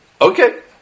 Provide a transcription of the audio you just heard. Okay